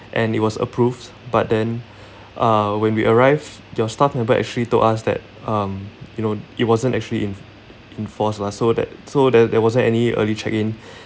and it was approved but then uh when we arrived your staff member actually told us that um you know it wasn't actually en~ enforced lah so that so there there wasn't any early check in